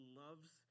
loves